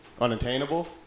unattainable